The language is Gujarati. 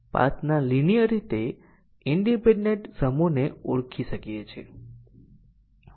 તેથી આ એક કંપાઉંડ કન્ડીશન ડીસીઝન કવરેજ છે